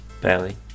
Barely